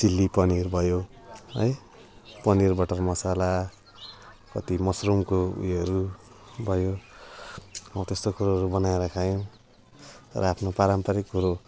chilli paneer भयो है paneer butter masala कति मसरुमको उयोहरू भयो हौ त्यस्तो कुरोहरू बनाएर खायौँ र आफ्नो पारम्परिक कुरो